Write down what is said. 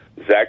Zach